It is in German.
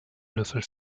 löffel